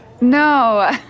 No